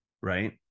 right